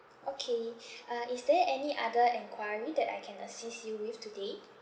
okay uh is there any other enquiry that I can assist you with today